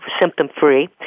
symptom-free